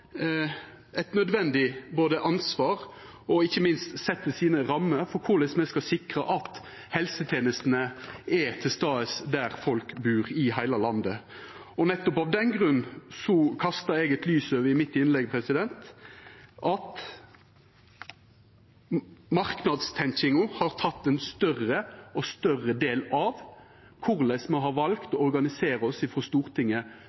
eit nødvendig ansvar og ikkje minst set rammer for korleis me skal sikra at helsetenestene er til stades der folk bur i heile landet. Nettopp av den grunn kasta eg i mitt innlegg lys over at marknadstenkinga har blitt ein større og større del av korleis me har valt å organisera oss frå Stortinget